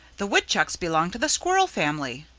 the woodchucks belong to the squirrel family.